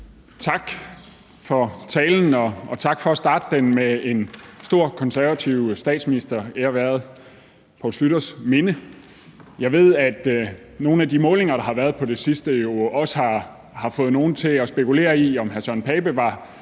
Tak for talen, og tak for at starte den med en stor konservativ statsminister. Ære være Poul Schlüters minde. Jeg ved, at nogle af de målinger, der har været på det sidste, jo har fået nogle til at spekulere i, om hr. Søren Pape